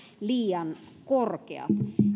liian korkeat